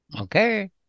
Okay